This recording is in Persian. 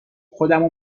خودمو